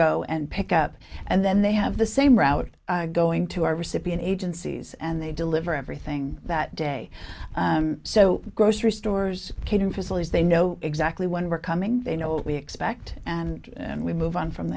go and pick up and then they have the same route going to our recipient agencies and they deliver everything that day so grocery stores can facilities they know exactly when we're coming they know what we expect and we move on from